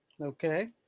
Okay